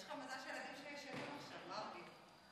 יש לך מזל שהילדים שלי ישנים עכשיו, מרגי.